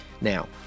Now